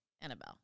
Annabelle